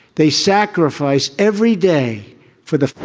they sacrifice every day for the.